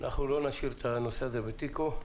לא נשאיר את הנושא הזה בתיקו,